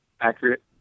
accurate